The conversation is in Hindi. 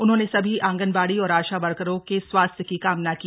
उन्होंने सभी आंगनबाड़ी और आशा वर्करों के स्वास्थ्य की कामना की